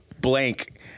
Blank